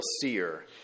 seer